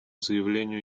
заявлению